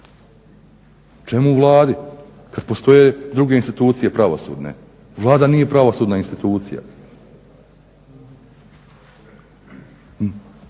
Čemu Vladi kad postoje druge institucije pravosudne, Vlada nije pravosudna institucija.